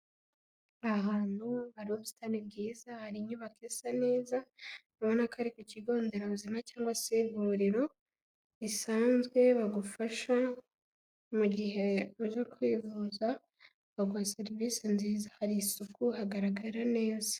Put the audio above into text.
Ahantu hari ubusitani bwiza, hari inyubako isa neza, ubona ko ari ku kigo nderabuzima cyangwa se ivuriro risanzwe, bagufasha mu gihe uje kwivuza baguha serivise nziza. Hari isuku, hagaragara neza.